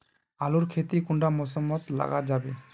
आलूर खेती कुंडा मौसम मोत लगा जाबे?